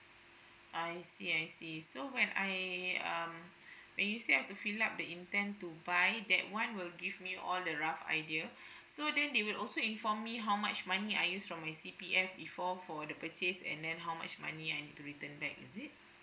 I see I see so when I um when you say have to fill up the intend to buy that one will give me all the rough idea so then they will also inform me how much money I use from my C_P_F before for the purchase and then how much money I need to return back is it